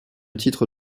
titre